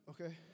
okay